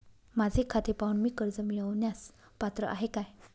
माझे खाते पाहून मी कर्ज मिळवण्यास पात्र आहे काय?